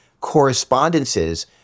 correspondences